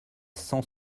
cent